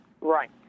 right